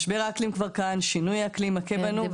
משבר האקלים כבר כאן, שינוי האקלים מכה בנו.